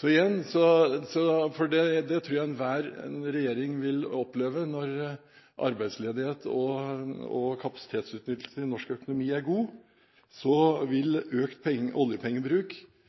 Jeg tror enhver regjering vil oppleve at økt oljepengebruk, når arbeidsledigheten er lav og kapasitetsutnyttelsen i norsk økonomi er god, vil